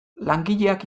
langileak